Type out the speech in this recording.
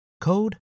code